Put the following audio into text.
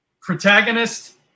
protagonist